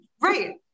right